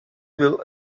will